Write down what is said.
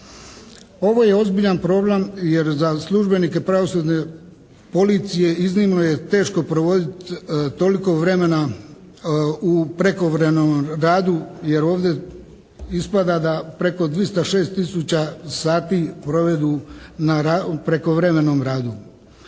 Ovo je ozbiljan problem jer za službenike Pravosudne policije iznimno je teško provoditi toliko vremena u prekovremenom radu jer ovdje ispada da preko 206 tisuća sati provedu na prekovremenom radu.